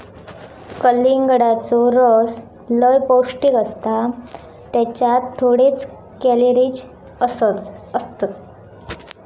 कलिंगडाचो रस लय पौंष्टिक असता त्येच्यात थोडेच कॅलरीज असतत